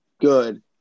good